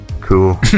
Cool